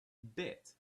bit